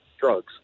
drugs